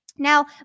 Now